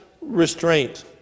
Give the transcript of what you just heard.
restraint